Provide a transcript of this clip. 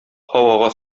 һавага